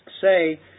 say